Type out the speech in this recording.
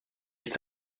est